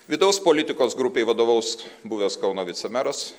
vidaus politikos grupei vadovaus buvęs kauno vicemeras